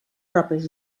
pròpies